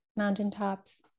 Mountaintops